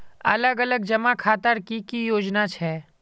अलग अलग जमा खातार की की योजना छे?